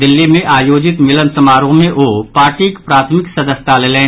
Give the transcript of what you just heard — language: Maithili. दिल्ली मे आयोजित मिलन समारोह मे ओ पार्टीक प्राथमिक सदस्यता लेलनि